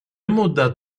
مدت